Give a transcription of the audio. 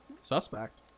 suspect